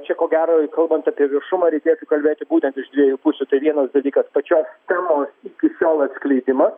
čia ko gero jeigu kalbant apie viešumą reikėtų kalbėti būtent iš dviejų pusių tai vienas dalykas pačios temos iki šiol atskleidimas